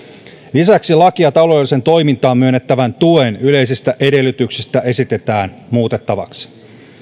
lisäksi lakia taloudelliseen toimintaan myönnettävän tuen yleisistä edellytyksistä esitetään muutettavaksi